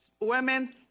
women